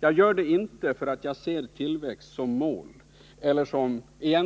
Jag gör det inte för att jag ser tillväxt som mål eller som